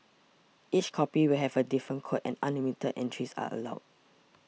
each copy will have a different code and unlimited entries are allowed